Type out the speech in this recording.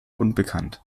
unbekannt